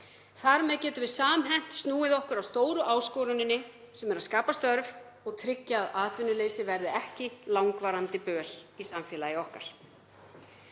Þar með getum við samhent snúið okkur að stóru áskoruninni sem er að skapa störf og tryggja að atvinnuleysi verði ekki langvarandi böl í samfélagi okkar.